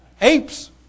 apes